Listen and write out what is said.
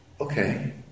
Okay